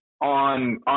on